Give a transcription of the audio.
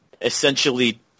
essentially